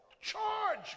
charge